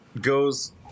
goes